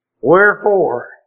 Wherefore